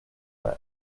rug